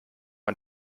man